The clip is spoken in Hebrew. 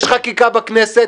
יש חקיקה בכנסת,